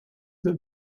that